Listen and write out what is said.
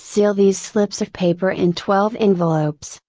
seal these slips of paper in twelve envelopes,